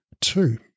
Two